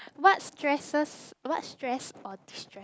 what stresses what stress or destress